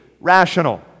rational